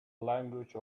language